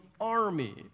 army